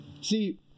See